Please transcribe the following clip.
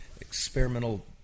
experimental